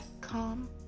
calm